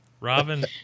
Robin